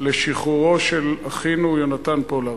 המאמץ לשחרורו של אחינו יונתן פולארד.